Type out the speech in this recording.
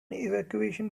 evacuation